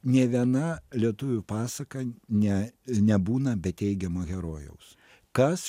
nė viena lietuvių pasaka ne nebūna be teigiamo herojaus kas